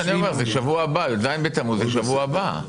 זה מה שאני אומר, י"ז בתמוז זה שבוע הבא.